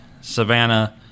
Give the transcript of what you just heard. Savannah